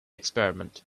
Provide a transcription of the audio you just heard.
experiment